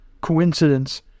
coincidence